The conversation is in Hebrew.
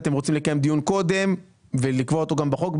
אתם רוצים לקיים דיון קודם ולקבוע אותו גם בחוק,